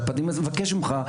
אז אני מבקש ממך,